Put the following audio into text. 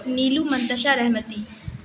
Neelu Muntasha Rahmati